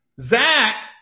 Zach